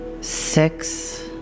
six